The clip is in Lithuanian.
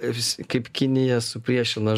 vis kaip kinija supriešina